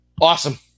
awesome